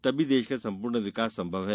तभी देश का संपूर्ण विकास संभव है